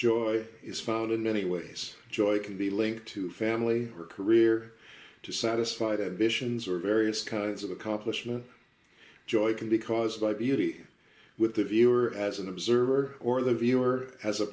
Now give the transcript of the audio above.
joy is found in many ways joy can be linked to family or career to satisfy that visions or various kinds of accomplishment joy can be caused by beauty with the viewer as an observer or the viewer as a